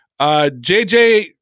JJ